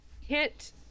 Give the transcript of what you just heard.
Hit